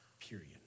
period